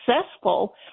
successful